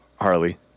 Harley